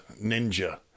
ninja